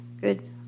good